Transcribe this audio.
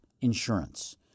insurance